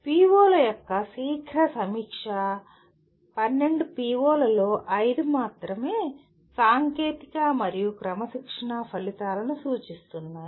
PO ల యొక్క శీఘ్ర సమీక్ష 12 PO లలో 5 మాత్రమే సాంకేతిక మరియు క్రమశిక్షణా ఫలితాలను సూచిస్తున్నాయి